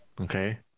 Okay